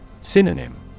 Synonym